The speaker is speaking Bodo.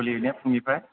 खुलियोना फुंनिफ्राय